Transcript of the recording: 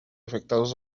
afectados